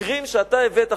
המקרים שאתה הבאת,